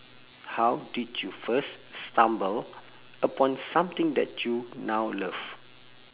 how did you first stumble upon something that you now love